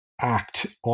act